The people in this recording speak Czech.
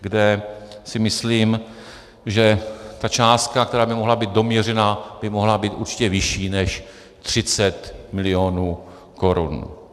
Kde si myslím, že ta částka, která by mohla být doměřena, by mohla být určitě vyšší než 30 milionů korun.